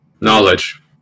Knowledge